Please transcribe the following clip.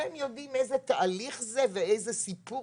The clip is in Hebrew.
אתם יודעים איזה תהליך זה ואיזה סיפור